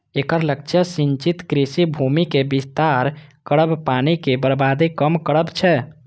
एकर लक्ष्य सिंचित कृषि भूमिक विस्तार करब, पानिक बर्बादी कम करब छै